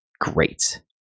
great